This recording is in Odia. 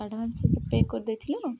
ଆଡ଼ଭାନ୍ସ ସେ ପେ କରିଦେଇଥିଲୁ